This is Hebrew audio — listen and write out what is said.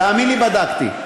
תאמין לי, בדקתי.